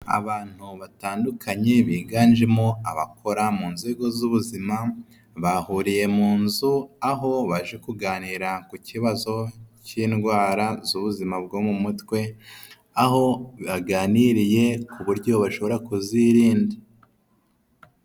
Abantu batandukanye biganjemo abakora mu nzego z'ubuzima bahuriye mu nzu, aho baje kuganira ku kibazo cy'indwara z'ubuzima bwo mu mutwe, aho baganiriye ku buryo bashobora kuzirinda.